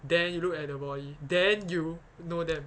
then you look at the body then you know them